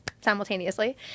simultaneously